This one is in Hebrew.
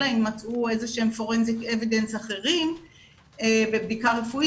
אלא אם מצאו איזה שהם ראיות פורנזיות אחרות בבדיקה רפואית,